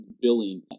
billing